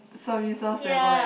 services ever eh